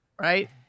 right